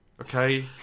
Okay